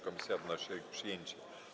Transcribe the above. Komisja wnosi o ich przyjęcie.